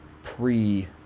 pre